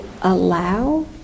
allow